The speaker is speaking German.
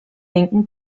linken